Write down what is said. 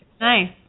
Nice